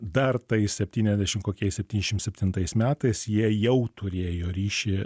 dar tais septyniasdešim kokiais septyniašim septintais metais jie jau turėjo ryšį